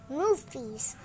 movies